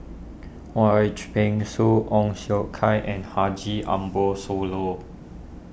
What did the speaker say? Wong H Peng Soon Ong Siong Kai and Haji Ambo Sooloh